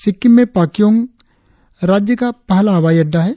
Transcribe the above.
सिक्किम में पाक्योंग राज्य का पहला हवाई अड्डा है